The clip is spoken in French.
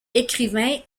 écrivain